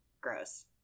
gross